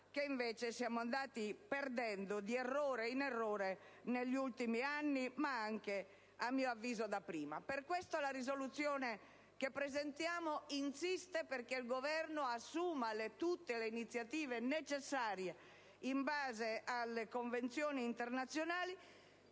che invece siamo andati perdendo, di errore in errore, negli ultimi anni, ma anche - a mio avviso - da prima. Per questo la risoluzione che presentiamo insiste perché il Governo assuma tutte le iniziative necessarie in base alle convenzioni internazionali